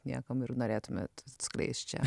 niekam ir norėtumėt atskleist čia